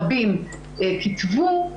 כשאנחנו בוחרים את צורת הרבים "כתבו",